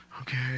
okay